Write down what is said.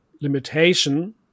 limitation